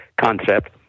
concept